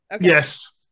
Yes